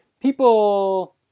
people